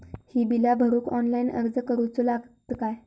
ही बीला भरूक ऑनलाइन अर्ज करूचो लागत काय?